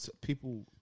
people